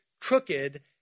crooked